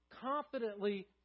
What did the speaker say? Confidently